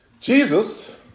Jesus